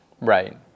Right